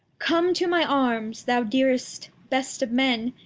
come to my arms, thou dearest, best of menu,